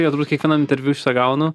jo turbūt kiekvienam interviu šitą gaunu